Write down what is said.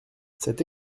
cette